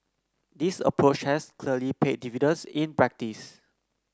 this approach has clearly paid dividends in practice